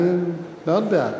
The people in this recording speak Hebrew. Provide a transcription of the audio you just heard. אני מאוד בעד,